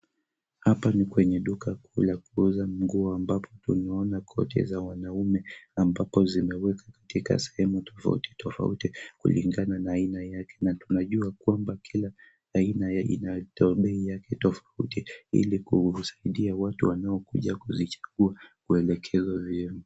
Hapa ni kwenye duka kuu la kuuza nguo ambapo tunaona koti za wanaume ambapo zimewekwa katika sehemu tofauti tofauti kulingana na aina yake na tunajua kwamba kila aina inatoa bei yake tofauti ili kusaidia watu wanaokuja kuzichagua kuelekezwa vyema.